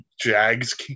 Jags